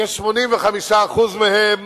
כ-85% מהם